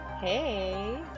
Hey